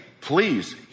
please